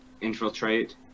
infiltrate